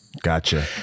Gotcha